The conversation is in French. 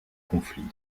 conflits